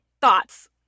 thoughts